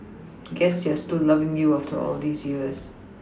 guess they are still loving you after all these years